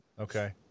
Okay